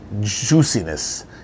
juiciness